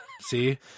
See